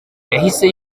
yahise